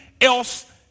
else